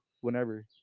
whenever